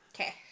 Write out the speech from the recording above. Okay